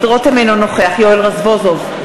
אינו נוכח יואל רזבוזוב,